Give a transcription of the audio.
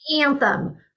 anthem